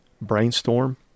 brainstorm